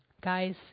guys